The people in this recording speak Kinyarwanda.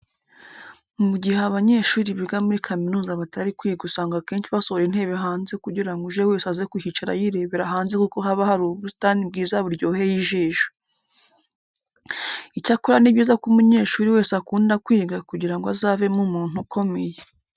Mu gihe abanyeshuri biga muri kaminuza batari kwiga usanga akenshi basohora intebe hanze kugira ngo uje wese aze kuhicara yirebera hanze kuko haba hari ubusitani bwiza buryoheye ijisho. Icyakora ni byiza ko umunyeshuri wese akunda kwiga kugira ngo azavemo umuntu ukomeye.